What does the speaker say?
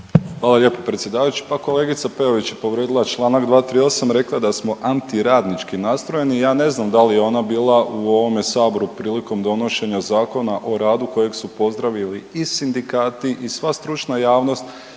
Hvala lijepo predsjedavajući. Pa kolegica Peović je povrijedila čl. 238., rekla je da smo anti radnički nastrojeni. Ja ne znam da li je ona bila u ovome saboru prilikom donošenja ZOR-a kojeg su pozdravili i sindikati i sva stručna javnost